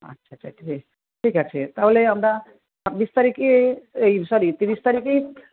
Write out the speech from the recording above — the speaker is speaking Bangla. আচ্ছা আচ্ছা বেশ ঠিক আছে তাহলে আমরা ছাব্বিশ তারিখে এই সরি তিরিশ তারিখেই